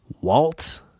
Walt